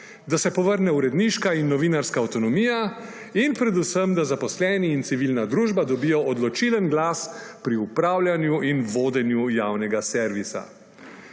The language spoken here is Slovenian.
da se povrne uredniška in novinarska avtonomija in predvsem, da zaposleni in civilna družba dobijo odločilen glas pri upravljanju in vodenju javnega servisa.